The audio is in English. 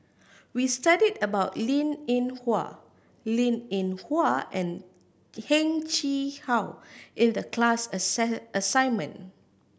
we studied about Linn In Hua Linn In Hua and Heng Chee How in the class assignment